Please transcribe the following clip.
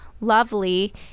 lovely